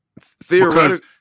Theoretically